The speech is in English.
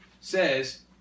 says